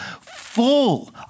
full